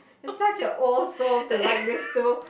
you're such a old soul to like this two